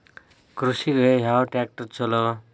ಕೃಷಿಗ ಯಾವ ಟ್ರ್ಯಾಕ್ಟರ್ ಛಲೋ?